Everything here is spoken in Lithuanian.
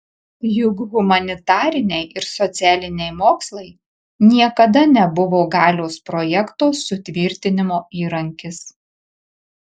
juk humanitariniai ir socialiniai mokslai niekada nebuvo galios projekto sutvirtinimo įrankis